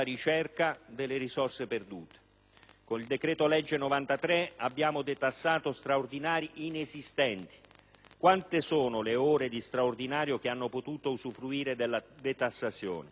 dello scorso anno abbiamo detassato straordinari inesistenti. Quante sono le ore di straordinario che hanno potuto usufruire della detassazione? Sono tendenti allo zero.